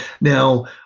Now